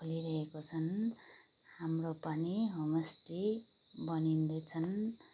खोलिरहेको छन् हाम्रो पनि होमस्टे बनिँदैछन्